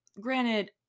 granted